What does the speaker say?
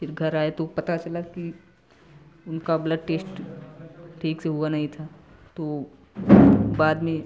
फिर घर आए तो पता चला कि उनका ब्लड टेश्ट ठीक से हुआ नहीं था तो बाद में